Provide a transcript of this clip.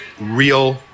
real